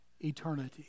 eternity